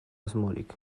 asmorik